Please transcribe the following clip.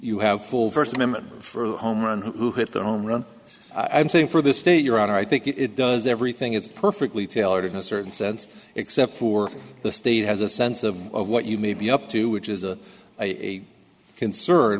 you have full first amendment for home on who hit the home run i'm saying for the state your honor i think it does everything it's perfectly tailored in a certain sense except for the state has a sense of what you may be up to which is a